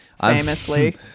famously